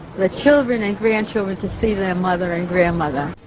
ah children and grandchildren to see their mother and grandmother?